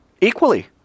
Equally